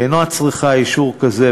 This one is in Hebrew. אינה צריכה אישור כזה,